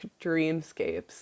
dreamscapes